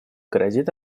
грозит